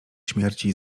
śmierci